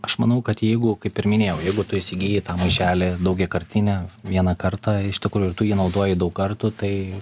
aš manau kad jeigu kaip ir minėjau jeigu tu įsigijai tą maišelį daugiakartinį vieną kartą iš tikrųjų ir tu jį nauduoji daug kartų tai